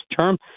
term